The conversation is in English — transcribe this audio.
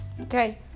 Okay